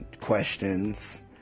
questions